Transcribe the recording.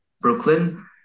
Brooklyn